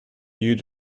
you